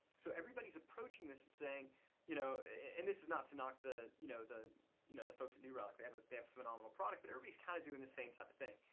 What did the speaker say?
so everybody's approaching this and saying you know and this is not to knock the you know the you know folks at new rock, they um ah they have phenomenal product but everybody's kind of doing the same type of thing.